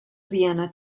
vienna